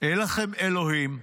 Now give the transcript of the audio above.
אין לכם אלוהים.